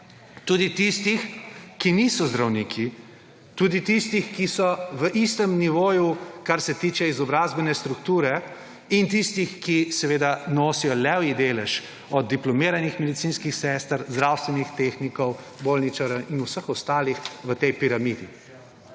tudi tistih, ki niso zdravniki, tudi tistih, ki so v istem nivoju, kar se tiče izobrazbene strukture in tistih, ki seveda nosijo levji delež, od diplomiranih medicinskih sester, zdravstvenih tehnikov, bolničarjev in vseh ostalih, v tej piramidi